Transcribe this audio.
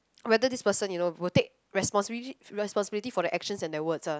whether this person you know will take responsibility responsibility for their actions and their words ah